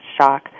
shock